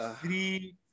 three